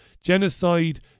Genocide